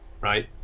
right